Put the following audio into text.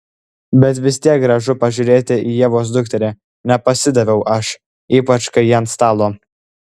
bet vis tiek gražu pažiūrėti į ievos dukterį nepasidaviau aš ypač kai ji ant stalo